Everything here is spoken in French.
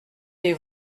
des